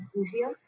easier